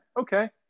okay